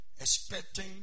Expecting